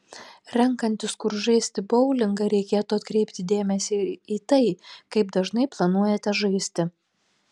renkantis kur žaisti boulingą reikėtų atkreipti dėmesį ir į tai kaip dažnai planuojate žaisti